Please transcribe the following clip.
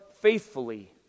faithfully